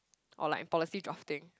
or like policy drafting